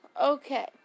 Okay